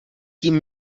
tím